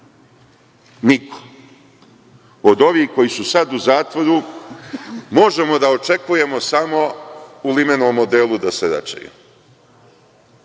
Niko. Od ovih koji su sad u zatvoru, možemo da očekujemo samo u limenom odelu da se